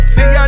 See